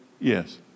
yes